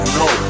no